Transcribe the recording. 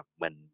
mình